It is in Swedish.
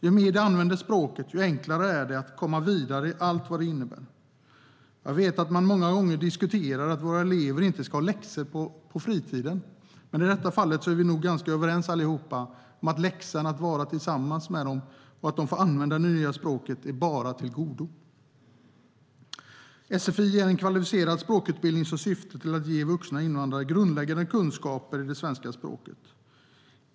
Ju mer de använder språket, desto enklare är det för dem att komma vidare i allt vad det innebär. Jag vet att man många gånger diskuterar att våra elever inte ska ha läxor på fritiden. Men i det här fallet är vi nog alla ganska överens om att läxan att vara tillsammans och använda det nya språket är enbart av godo. Sfi är en kvalificerad språkutbildning som syftar till att ge vuxna invandrare grundläggande kunskaper i svenska språket.